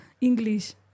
English